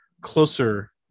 closer